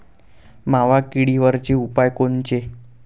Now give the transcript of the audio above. मावा किडीवरचे उपाव कोनचे?